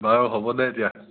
বাৰু হ'বদে এতিয়া